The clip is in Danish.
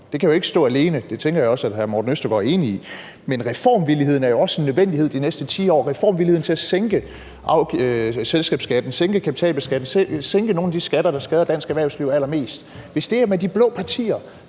Det kan jo ikke stå alene; det tænker jeg også hr. Morten Østergaard er enig i. Reformvilligheden er jo også en nødvendighed de næste 10 år: reformvilligheden til at sænke selskabsskatten, sænke kapitalbeskatningen, og altså sænke nogle af de skatter, der skader dansk erhvervsliv allermest. Hvis det er med de blå partier,